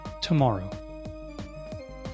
tomorrow